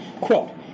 quote